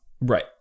Right